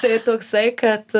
tai toksai kad